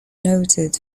noted